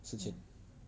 mm